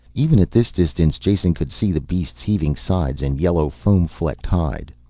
even at this distance jason could see the beast's heaving sides and yellow foam-flecked hide.